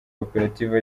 koperative